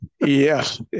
Yes